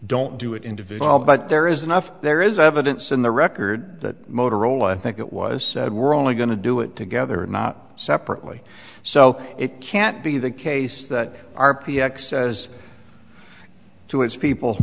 don't do it individual but there is enough there is evidence in the record that motorola think it was said we're only going to do it together not separately so it can't be the case that r p x says to its people